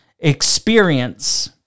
experience